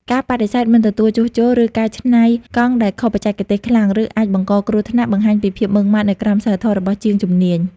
ការបដិសេធមិនទទួលជួសជុល ឬកែច្នៃកង់ដែលខុសបច្ចេកទេសខ្លាំង ឬអាចបង្កគ្រោះថ្នាក់ បង្ហាញពីភាពម៉ឺងម៉ាត់នៃក្រមសីលធម៌របស់ជាងជំនាញ។